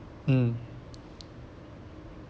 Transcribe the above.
mm